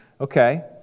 Okay